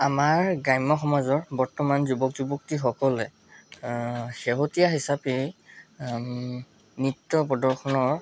আমাৰ গ্ৰাম্য সমাজৰ বৰ্তমান যুৱক যুৱতী সকলে শেহতীয়া হিচাপে নৃত্য প্ৰদৰ্শনৰ